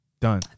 done